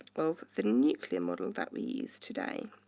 of the nuclear model that we use today.